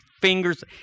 fingers